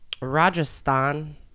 Rajasthan